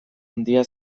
handia